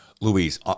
Louise